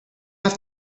have